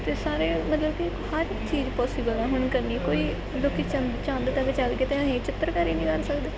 ਅਤੇ ਸਾਰੇ ਮਤਲਬ ਕਿ ਹਰ ਇੱਕ ਚੀਜ਼ ਪੋਸੀਬਲ ਆ ਹੁਣ ਕਰਨੀ ਕੋਈ ਲੋਕ ਚੰਦ ਚੰਦ ਤੱਕ ਚੱਲ ਗਏ ਅਤੇ ਅਸੀਂ ਚਿੱਤਰਕਾਰੀ ਨਹੀਂ ਕਰ ਸਕਦੇ